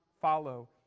follow